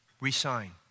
re-sign